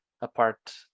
apart